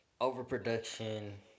overproduction